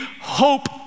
hope